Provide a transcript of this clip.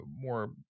more